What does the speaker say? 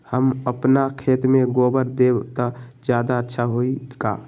हम अपना खेत में गोबर देब त ज्यादा अच्छा होई का?